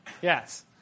Yes